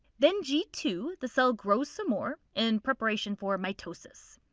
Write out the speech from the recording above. then g two, the cell grows some more in preparation for mitosis.